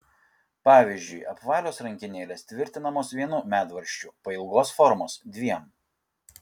pavyzdžiui apvalios rankenėlės tvirtinamos vienu medvaržčiu pailgos formos dviem